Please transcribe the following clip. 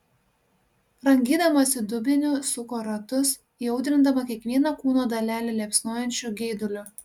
rangydamasi dubeniu suko ratus įaudrindama kiekvieną kūno dalelę liepsnojančiu geiduliu